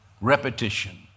Repetition